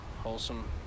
wholesome